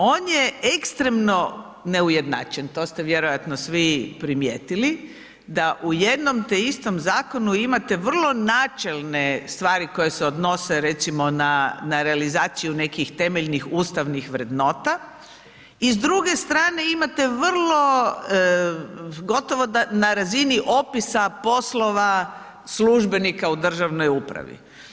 On je ekstremno neujednačen, to ste vjerojatno svi primijetili, da u jednom te istom zakonu imate vrlo načelne stvari koje se odnose, recimo na realizaciju nekih temeljnih ustavnih vrednota i s druge strane imate vrlo, gotovo na razini opisa poslova službenika u državnoj upravi.